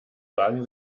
wagen